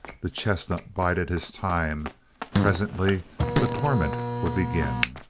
the chestnut bided his time presently the torment would begin.